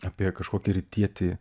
apie kažkokį rytietį